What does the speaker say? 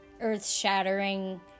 earth-shattering